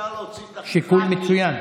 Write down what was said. שיקול מצוין.